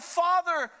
father